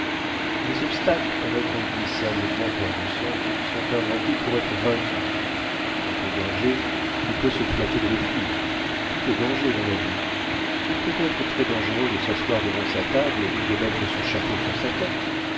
les obstacles répondit sérieusement fergusson sont inventés pour être vaincus quant aux dangers qui peut se flatter de les fuir tout est danger dans la vie il peut être très dangereux de s'asseoir devant sa table ou de mettre son chapeau sur sa tête